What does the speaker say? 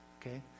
Okay